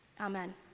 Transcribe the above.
Amen